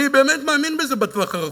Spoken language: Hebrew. אני באמת מאמין בזה בטווח הרחוק.